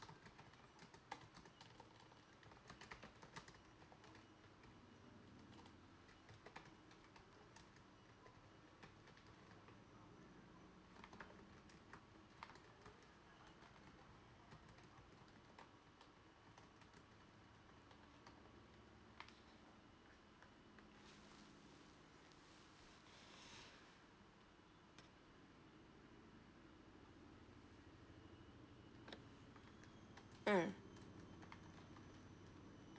mm